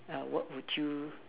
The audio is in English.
what would you